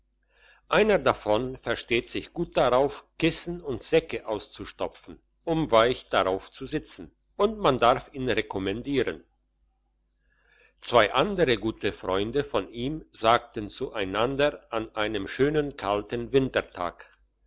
einer davon versteht sich gut darauf kissen und säcke auszustopfen um weich darauf zu sitzen und man darf ihn rekommandieren zwei andere gute freunde von ihm sagten zueinander an einem schönen kalten wintertag